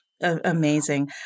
Amazing